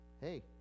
hey